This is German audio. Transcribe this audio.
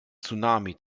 tsunami